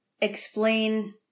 explain